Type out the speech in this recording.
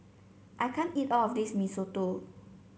I can't eat all of this Mee Soto